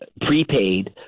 prepaid